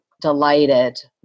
delighted